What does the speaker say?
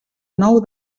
nou